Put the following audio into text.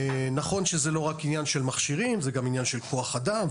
נכון שזה לא רק עניין של מכשירים זה גם עניין של כוח אדם,